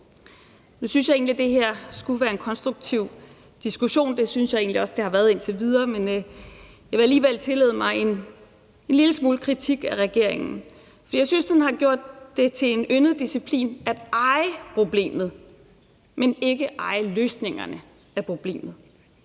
det har været indtil videre, men jeg vil alligevel tillade mig en lille smule kritik af regeringen, for jeg synes, den har gjort det til en yndet disciplin at eje problemet, men ikke at eje løsningerne af problemet.